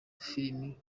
filime